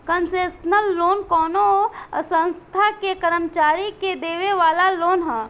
concessional loan कवनो संस्था के कर्मचारी के देवे वाला लोन ह